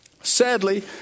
Sadly